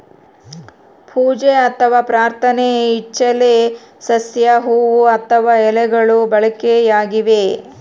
ಪೂಜೆ ಅಥವಾ ಪ್ರಾರ್ಥನೆ ಇಚ್ಚೆಲೆ ಸಸ್ಯ ಹೂವು ಅಥವಾ ಎಲೆಗಳು ಬಳಕೆಯಾಗಿವೆ